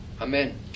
Amen